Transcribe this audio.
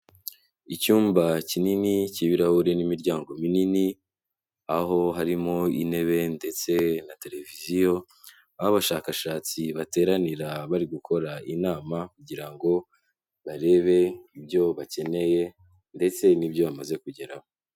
Icyumba kinini cy'ibirahuri n'imiryango minini aho harimo intebe ndetse na televiziyo, aho abashakashatsi bateranira bari gukora inama kugira ngo barebe ibyo bakeneye ndetse n'ibyo bamaze kugeraho.